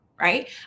right